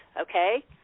okay